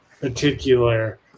particular